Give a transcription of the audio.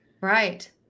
Right